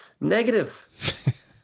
negative